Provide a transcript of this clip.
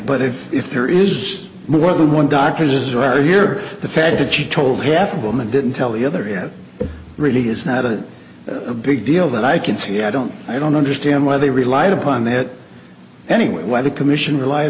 but if if there is more than one doctors who are here the fact that she told half of them and didn't tell the other it really is not a big deal that i can see i don't i don't understand why they relied upon that anyway why the commission relied